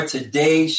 Today